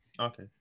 Okay